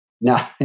No